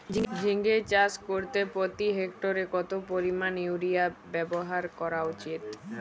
ঝিঙে চাষ করতে প্রতি হেক্টরে কত পরিমান ইউরিয়া ব্যবহার করা উচিৎ?